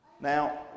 Now